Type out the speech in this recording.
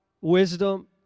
wisdom